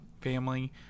family